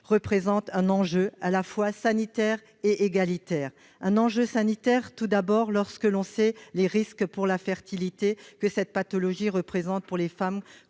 représente un enjeu sanitaire et d'égalité. C'est un enjeu sanitaire, tout d'abord, lorsque l'on sait les risques pour la fertilité que cette pathologie représente pour les femmes